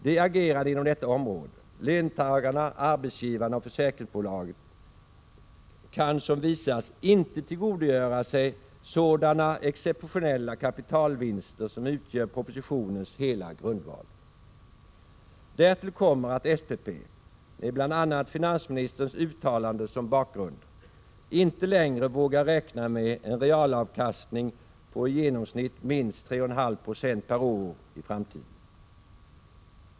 De agerande inom detta område — löntagarna, arbetsgivarna och försäkringsbolagen — kan som visats inte tillgodogöra sig sådana exceptionella kapitalvinster som utgör propositionens hela grundval. Därtill kommer att SPP — med bl.a. finansministerns uttalanden som bakgrund — inte längre vågar räkna med en realavkastning på i genomsnitt minst 3,5 2 per år i framtiden.